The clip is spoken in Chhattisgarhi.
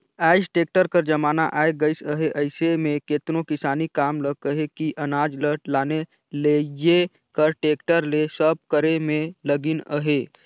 आएज टेक्टर कर जमाना आए गइस अहे अइसे में केतनो किसानी काम ल कहे कि अनाज ल लाने लेइजे कर टेक्टर ले सब करे में लगिन अहें